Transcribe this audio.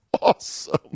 awesome